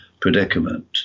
predicament